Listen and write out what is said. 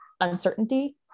uncertainty